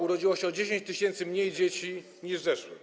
urodziło się o 10 tys. mniej dzieci niż w zeszłym.